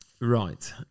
Right